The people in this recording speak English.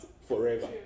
forever